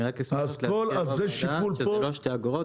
אני רק רוצה להגיד לוועדה שזה לא שתי אגורות,